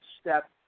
step